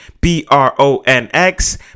B-R-O-N-X